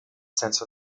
senso